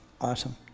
Awesome